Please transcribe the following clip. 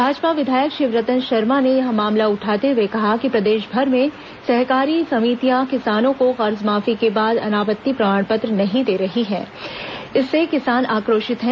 भाजपा विधायक शिवरतन शर्मा ने यह मामला उठाते हुए कहा कि प्रदेशभर में सहकारी समितियां किसानों को कर्जमाफी के बाद अनापत्ति प्रमाण पत्र नहीं दे रही है इससे किसान आक्रोशित हैं